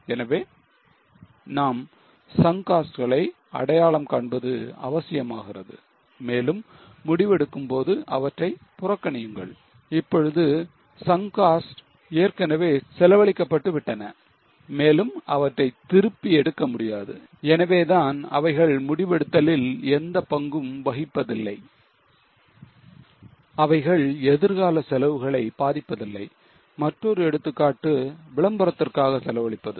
எனவே நாம் sunk costs களை அடையாளம் காண்பது அவசியமாகிறது மேலும் முடிவெடுக்கும் போது அவற்றை புறக்கணியுங்கள் இப்பொழுது sunk costs ஏற்கனவே செலவழிக்கப்பட்டு விட்டன மேலும் அவற்றை திருப்பி எடுக்க முடியாது எனவே தான் அவைகள் முடிவெடுத்தலில் எந்த பங்கும் வகிப்பதில்லை அவைகள் எதிர்கால செலவுகளை பாதிப்பதில்லை மற்றொரு எடுத்துக்காட்டு விளம்பரத்திற்காக செலவழிப்பது